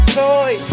toy